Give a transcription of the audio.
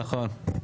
נכון.